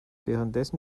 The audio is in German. währenddessen